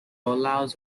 allows